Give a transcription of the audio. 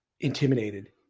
intimidated